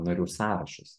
narių sąrašus